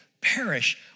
perish